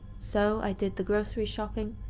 so, i did the grocery shopping,